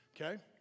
Okay